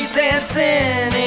dancing